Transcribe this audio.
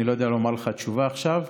אני לא יודע לומר לך תשובה עכשיו.